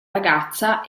ragazza